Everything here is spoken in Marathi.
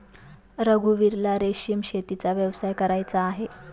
रघुवीरला रेशीम शेतीचा व्यवसाय करायचा आहे